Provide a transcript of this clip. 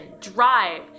drive